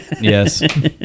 Yes